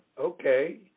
okay